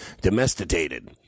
Domesticated